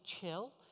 chill